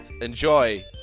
enjoy